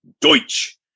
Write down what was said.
Deutsch